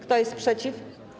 Kto jest przeciw?